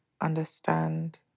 understand